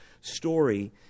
story